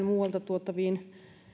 muualta tuotavista